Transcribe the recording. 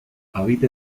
habita